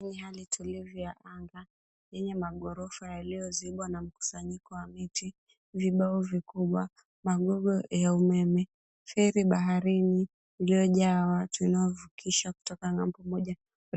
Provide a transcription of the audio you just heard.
Hali tulivu ya anga yenye magorofa yaliyoazibwa na mkusanyiko wa miti, vibao vikubwa, magogo ya umeme, feri baharini iliojaa watu wanaovukishwa kutoka ng'ambo moja.